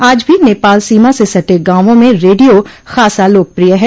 आज भी नेपाल सीमा से सटे गांवों में रेडियो खासा लोकप्रिय है